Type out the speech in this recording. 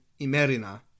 Imerina